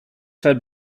fed